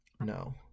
No